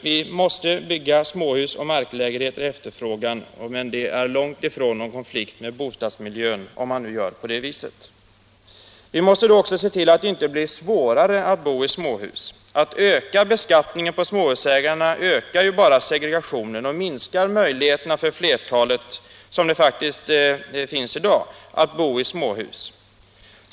Vi måste bygga småhus om marklägenheter efterfrågas, men det är långt ifrån någon konflikt med bostadsmiljön om man nu gör på det viset. Vi måste också se till att det inte blir svårare att bo i småhus. Att öka beskattningen på småhusägarna ökar ju bara segregationen och minskar möjligheterna för flertalet — som det faktiskt är i dag — att bo i småhus.